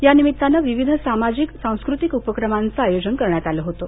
या निभित्तानं विविध सामाजिक सांस्कृतिक उपक्रमांचं आयोजन करण्यात आलं होतं